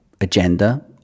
agenda